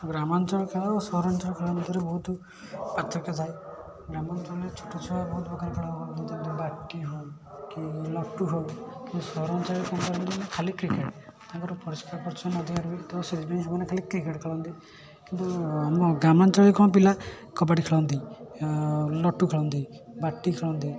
ଗ୍ରାମାଞ୍ଚଳ ଖେଳ ଓ ସହରାଞ୍ଚଳ ଖେଳ ଭିତରେ ବହୁତ ପାର୍ଥକ୍ୟ ଥାଏ ଗ୍ରାମାଞ୍ଚଳରେ ଛୋଟ ଛୁଆ ବହୁତ ପ୍ରକାର ଖେଳ ଖେଳିଥାନ୍ତି ଯେମିତି ବାଟି ହେଉ କି ନଟୁ ହେଉକି ସହରାଞ୍ଚଳରେ କ'ଣ ଖେଳନ୍ତିନା ଖାଲି କ୍ରିକେଟ୍ ତାଙ୍କର ପରିଷ୍କାର ପରିଚ୍ଛନ୍ନ ଅଧିକା ରୁହେ ତ ସେଇଥିପାଇଁ ସେମାନେ ଖାଲି କ୍ରିକେଟ୍ ଖେଳନ୍ତି କିନ୍ତୁ ଆମ ଗ୍ରାମାଞ୍ଚଳରେ କ'ଣ ପିଲା କବାଡ଼ି ଖେଳନ୍ତି ନଟୁ ଖେଳନ୍ତି ବାଟି ଖେଳନ୍ତି